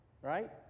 right